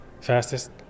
fastest